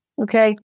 okay